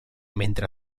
mentre